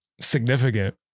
significant